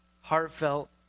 heartfelt